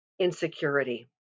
insecurity